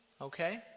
Okay